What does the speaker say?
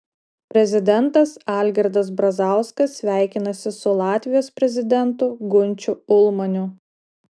prezidentas algirdas brazauskas sveikinasi su latvijos prezidentu gunčiu ulmaniu